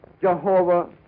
Jehovah